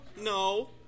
No